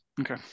Okay